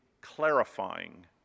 clarifying